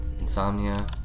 Insomnia